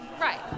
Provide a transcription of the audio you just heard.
Right